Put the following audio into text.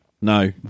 no